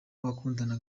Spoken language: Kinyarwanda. bakundana